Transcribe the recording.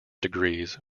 degrees